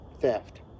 Theft